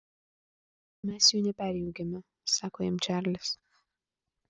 mes jų neperjungiame sako jam čarlis